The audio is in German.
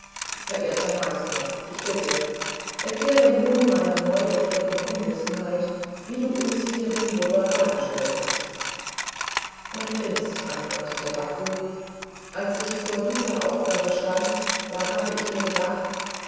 verehrter meister ich bitte erkläre nun meiner neubekehrten unwissenheit wie du uns hier den buddha dargestellt hast mein prinz antwortete baku als ich vor dieser aufgabe stand da habe ich mir gedacht